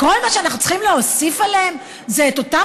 כל מה שאנחנו צריכים להוסיף עליהם זה את אותם